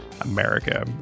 America